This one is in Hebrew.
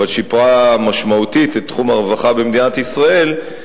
אבל שיפרה משמעותית את תחום הרווחה במדינת ישראל,